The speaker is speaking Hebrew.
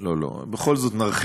לא לא, בכל זאת נרחיב.